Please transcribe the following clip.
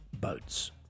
Boats